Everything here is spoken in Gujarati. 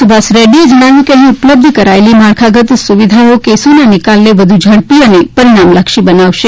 સુભાષ રેક્રીએ જણાવ્યું હતું કે અહી ઉપલબ્ધ કરાયેલી માળખાગત સુવિધાઓ કેસોના નિકાલને વધુ ઝડપી અને પરિણામલક્ષી બનાવાશે